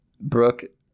Brooke